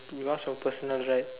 you lost your personal right